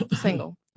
Single